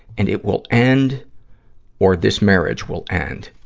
and it will end or this marriage will end.